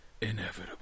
inevitable